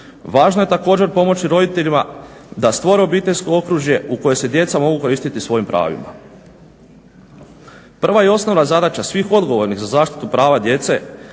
Važno je također pomoći roditeljima da stvore obiteljsko okružje u kojem se djeca mogu koristiti svojim pravima. Prva i osnovna zadaća svih odgovornih za zaštitu prava djece